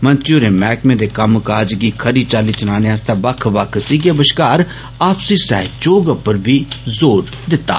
मंत्री होरे मैहकमें दे कम्मकाज गी खरी चाल्ली चलाने आस्तै बक्ख बक्ख सीगे बष्कार आपसी सैहयोग पर ज़ोर दित्ता